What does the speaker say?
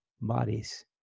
bodies